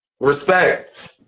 respect